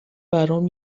برام